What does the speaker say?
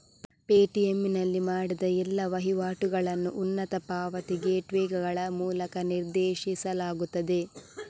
Paytm ನಲ್ಲಿ ಮಾಡಿದ ಎಲ್ಲಾ ವಹಿವಾಟುಗಳನ್ನು ಉನ್ನತ ಪಾವತಿ ಗೇಟ್ವೇಗಳ ಮೂಲಕ ನಿರ್ದೇಶಿಸಲಾಗುತ್ತದೆ